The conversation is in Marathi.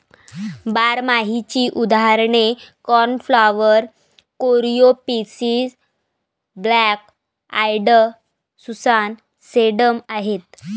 बारमाहीची उदाहरणे cornflower, coreopsis, black eyed Susan, sedum आहेत